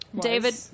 David